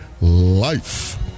life